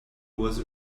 was